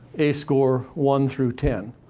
ace score, one through ten,